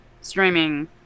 streaming